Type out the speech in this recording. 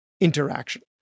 interaction